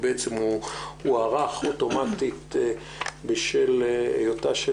הוא הוארך אוטומטית בשל היותה של